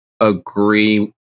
agree